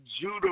Judah